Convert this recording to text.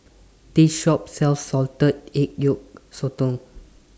This Shop sells Salted Egg Yolk Sotong